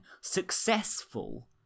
successful